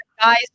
guys